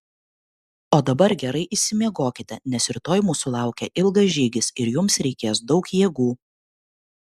o dabar gerai išsimiegokite nes rytoj mūsų laukia ilgas žygis ir jums reikės daug jėgų